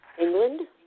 England